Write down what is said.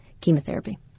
chemotherapy